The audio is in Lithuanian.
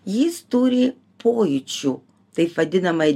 jis turi pojūčių taip vadinamai